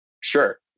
sure